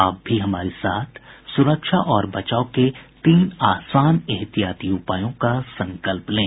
आप भी हमारे साथ सुरक्षा और बचाव के तीन आसान एहतियाती उपायों का संकल्प लें